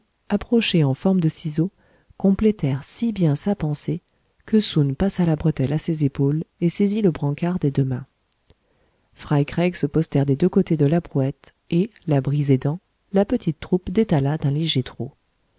rapprochés en forme de ciseaux complétèrent si bien sa pensée que soun passa la bretelle à ses épaules et saisit le brancard des deux mains fry craig se postèrent des deux côtés de la brouette et la brise aidant la petite troupe détala d'un léger trot